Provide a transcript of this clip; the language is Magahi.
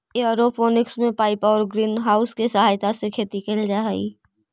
एयरोपोनिक्स में पाइप आउ ग्रीन हाउस के सहायता से खेती कैल जा हइ